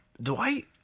Dwight